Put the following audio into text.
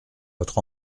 notre